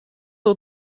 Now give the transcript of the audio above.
are